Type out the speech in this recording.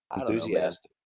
Enthusiastic